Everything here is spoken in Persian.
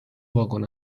واگن